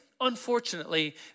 Unfortunately